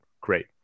Great